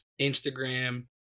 Instagram